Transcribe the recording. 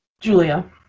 Julia